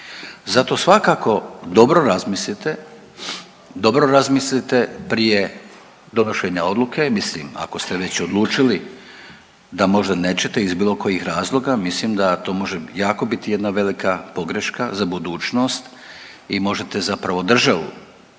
razmislite, dobro razmislite prije donošenja odluke, mislim ako ste već odlučili da možda nećete iz bilo kojih razloga mislim da to može jako biti jedna velika pogreška za budućnost i možete zapravo državu